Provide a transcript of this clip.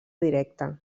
directe